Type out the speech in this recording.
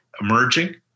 emerging